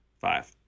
Five